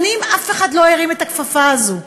שנים אף אחד לא הרים את הכפפה הזאת,